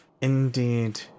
Indeed